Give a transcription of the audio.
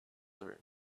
through